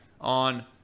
on